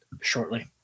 shortly